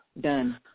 done